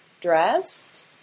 dressed